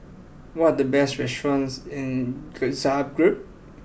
what are the best restaurants in Zagreb